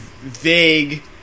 vague